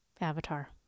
Avatar